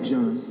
John